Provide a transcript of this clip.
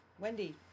Wendy